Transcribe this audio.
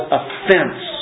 offense